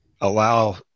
allow